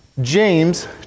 James